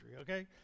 okay